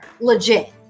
legit